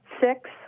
six